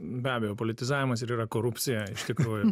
be abejo politizavimas ir yra korupcija iš tikrųjų